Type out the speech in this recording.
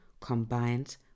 combined